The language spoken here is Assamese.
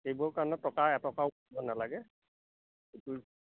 সেইবোৰ কাৰণত টকা এটকাও নালাগে